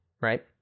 right